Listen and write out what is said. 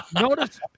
Notice